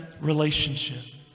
relationship